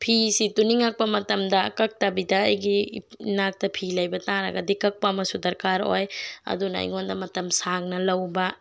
ꯐꯤꯁꯤ ꯇꯨꯅꯤꯡꯉꯛꯄ ꯃꯇꯝꯗ ꯀꯛꯇꯕꯤꯗ ꯑꯩꯒꯤ ꯏꯅꯥꯛꯇ ꯐꯤ ꯂꯩꯕ ꯇꯥꯔꯒꯗꯤ ꯀꯛꯄ ꯑꯃꯁꯨ ꯗꯔꯀꯥꯔ ꯑꯣꯏ ꯑꯗꯨꯅ ꯑꯩꯉꯣꯟꯗ ꯃꯇꯝ ꯁꯥꯡꯅ ꯂꯧꯕ